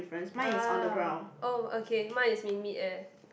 ah oh okay mine is in mid air